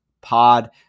Pod